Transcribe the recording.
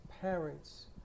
parents